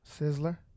Sizzler